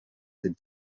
the